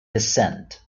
descent